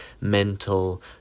mental